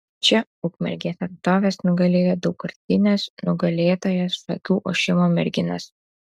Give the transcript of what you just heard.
čia ukmergės atstovės nugalėjo daugkartines nugalėtojas šakių ošimo merginas